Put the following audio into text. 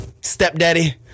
stepdaddy